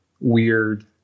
weird